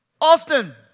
often